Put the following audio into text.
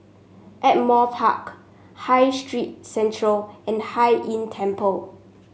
Ardmore Park High Street Centre and Hai Inn Temple